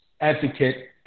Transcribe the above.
advocate